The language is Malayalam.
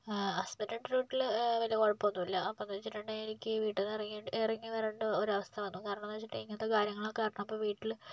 ഹസ്ബന്റിൻ്റെ വീട്ടിൽ വലിയ കുഴപ്പമൊന്നുമില്ല അപ്പം എന്ന് വെച്ചിട്ടുണ്ടെങ്കിൽ എനിക്ക് ഈ വീട്ടിൽ നിന്ന് ഇറങ്ങി ഇറങ്ങി വരേണ്ട ഒരവസ്ഥ വന്നു കാരണം എന്ന് വെച്ചിട്ടുണ്ടെങ്കിൽ ഇങ്ങനത്തെ കാര്യങ്ങളൊക്കെ അപ്പോൾ വീട്ടിൽ